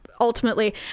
ultimately